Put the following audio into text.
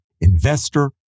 investor